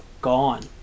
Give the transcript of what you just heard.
gone